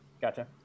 gotcha